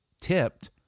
tipped